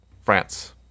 France